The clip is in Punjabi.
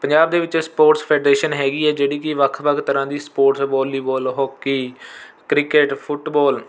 ਪੰਜਾਬ ਦੇ ਵਿੱਚ ਸਪੋਟਸ ਫੈਡਰੇਸ਼ਨ ਹੈਗੀ ਹੈ ਜਿਹੜੀ ਕਿ ਵੱਖ ਵੱਖ ਤਰ੍ਹਾਂ ਦੀ ਸਪੋਟਸ ਵੋਲੀਵੋਲ ਹੋਕੀ ਕ੍ਰਿਕਟ ਫੁੱਟਬੋਲ